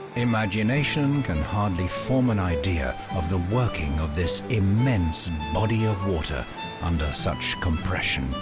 imagination can hardly form an idea of the working of this immense body of water under such compression,